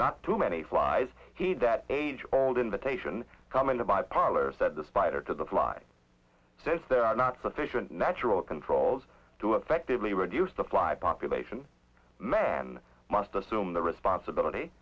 not too many flies heed that age old invitation come into my parlor said the spider to the fly since there are not sufficient natural controls to effectively reduce the fly population man must assume the responsibility